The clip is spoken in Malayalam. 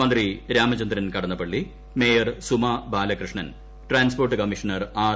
മന്ത്രി Ramachandran Kadannappally mayor Suma Balakrishnan transport commissioner R